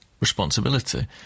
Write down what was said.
responsibility